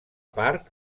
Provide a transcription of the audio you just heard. part